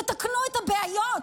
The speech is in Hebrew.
תתקנו את הבעיות.